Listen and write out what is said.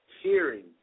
hearing